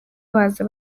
baza